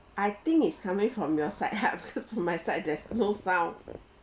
I think it's coming from your side my side there's no sound